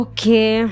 Okay